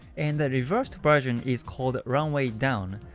and, the reversed version is called runway down.